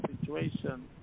situation